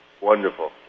Wonderful